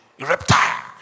reptile